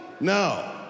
No